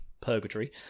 purgatory